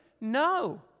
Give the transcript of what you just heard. No